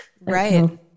Right